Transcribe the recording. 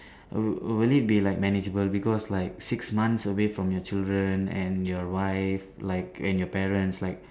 will will it be like manageable because like six months away from your children and your wife like and your parents like